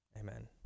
amen